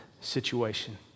situation